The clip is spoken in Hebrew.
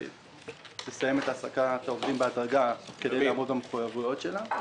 תסיים את העסקת העובדים בהדרגה כדי לעמוד במחויבויות שלה.